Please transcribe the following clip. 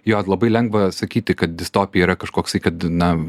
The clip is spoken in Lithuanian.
jo labai lengva sakyti kad distopija yra kažkoksai kad na